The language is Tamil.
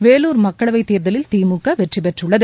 வேலூர் மக்களவைத் தேர்தலில் திமுக வெற்றி பெற்றுள்ளது